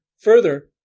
further